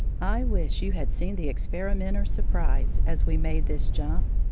i wish you had seen the experimenter's surprise as we made this jump.